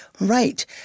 right